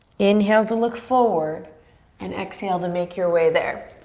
inhale to look forward and exhale to make your way there.